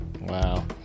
Wow